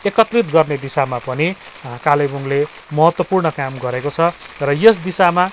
एकत्रित गर्ने दिशामा पनि कालेबुङले महत्त्वपूर्ण काम गरेको छ र यस दिशामा